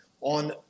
on